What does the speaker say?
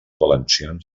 valencians